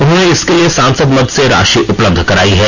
उन्होंने इसके लिए सांसद मद से राशि उपलब्ध करायी है